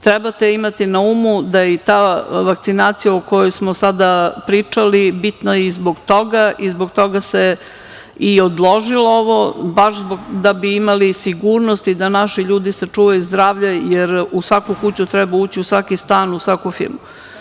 Trebate imati na umu da i ta vakcinacija, o kojoj smo sada pričali, bitna je i zbog toga i zbog toga se i odložilo ovo, baš da bi imali sigurnost i da naši ljudi sačuvaju zdravlje, jer u svaku kuću treba ući, u svaki stan, u svaku firmu.